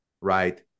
right